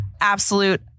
absolute